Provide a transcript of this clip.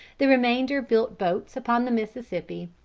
the remainder built boats upon the mississippi,